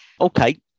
okay